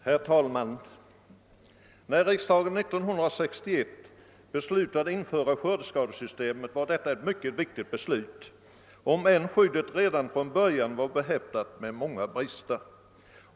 Herr talman! När riksdagen år 1961 beslutade införa skördeskadeskyddet var detta ett mycket viktigt beslut, om än skyddet redan från början var behäftat med många brister.